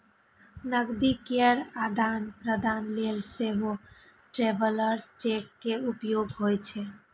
नकदी केर आदान प्रदान लेल सेहो ट्रैवलर्स चेक के उपयोग होइ छै